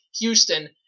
Houston